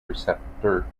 receptor